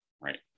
right